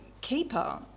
keeper